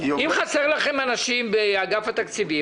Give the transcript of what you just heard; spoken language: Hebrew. אם חסרים לכם אנשים באגף התקציבים,